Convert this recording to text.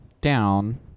down